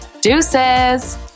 deuces